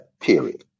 period